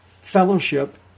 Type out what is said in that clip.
fellowship